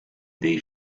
dei